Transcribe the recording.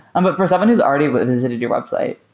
um but for someone who's already but visited your website,